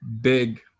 big